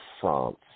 France